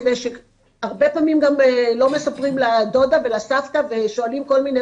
הרבה פעמים לא מספרים לדודה ולסבתא ושואלים כל מיני